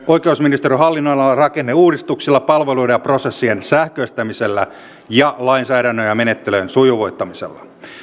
oikeusministeriön hallinnonalalla rakenneuudistuksilla palveluiden ja prosessien sähköistämisellä sekä lainsäädännön ja menettelyjen sujuvoittamisella